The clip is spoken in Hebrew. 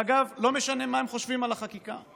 אגב, לא משנה מה הם חושבים על החקיקה,